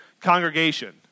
congregation